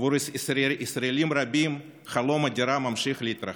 עבור ישראלים רבים חלום הדירה ממשיך להתרחק.